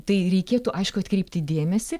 tai reikėtų aišku atkreipti dėmesį